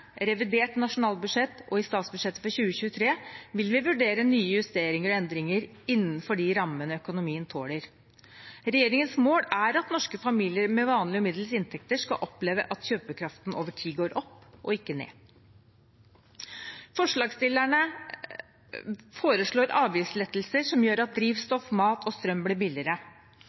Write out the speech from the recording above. revidert nasjonalbudsjett og i statsbudsjettet for 2023 vil vi vurdere nye justeringer og endringer innenfor de rammene økonomien tåler. Regjeringens mål er at norske familier med vanlige og middels inntekter skal oppleve at kjøpekraften over tid går opp og ikke ned. Forslagsstillerne foreslår avgiftslettelser som gjør at drivstoff, mat og strøm blir billigere.